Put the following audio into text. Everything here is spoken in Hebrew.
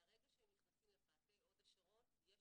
מהרגע שהם נכנסים לפאתי הוד השרון יש